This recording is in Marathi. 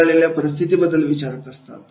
हाताळलेल्या परिस्थितीबद्दल विचारत असते